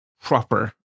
proper